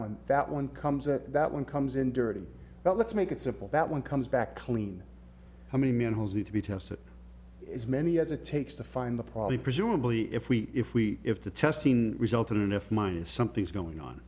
one that one comes that that one comes in dirty but let's make it simple that one comes back clean how many minerals need to be tested is many as it takes to find the probably presumably if we if we if the test results of an f minus something's going on